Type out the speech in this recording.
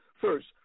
First